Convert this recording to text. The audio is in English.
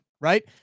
right